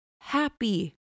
happy